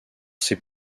ses